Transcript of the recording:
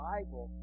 Bible